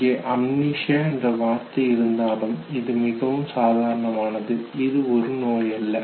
இங்கே அம்னீஷியா என்ற வார்த்தைக்கு இருந்தாலும் இது மிகவும் சாதாரணமானது இது ஒரு நோயல்ல